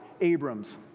Abram's